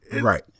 Right